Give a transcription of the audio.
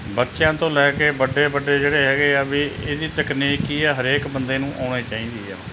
ਬੱਚਿਆਂ ਤੋਂ ਲੈ ਕੇ ਵੱਡੇ ਵੱਡੇ ਜਿਹੜੇ ਹੈਗੇ ਆ ਵੀ ਇਹਦੀ ਤਕਨੀਕ ਕੀ ਆ ਹਰੇਕ ਬੰਦੇ ਨੂੰ ਆਉਣੀ ਚਾਹੀਦੀ ਆ